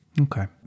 Okay